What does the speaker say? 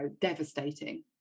Devastating